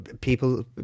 people